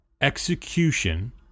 Execution